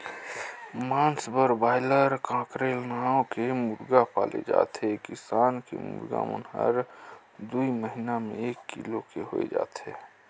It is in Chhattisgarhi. मांस बर बायलर, कॉकरेल नांव के मुरगा पाले जाथे ए किसम के मुरगा मन हर दूई महिना में एक किलो के होय जाथे